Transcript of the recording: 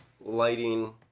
lighting